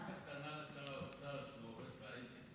לשר האוצר שהוא הורס את ההייטק: